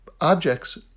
objects